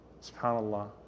Subhanallah